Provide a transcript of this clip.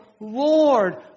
Lord